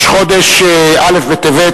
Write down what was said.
א' בטבת,